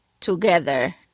together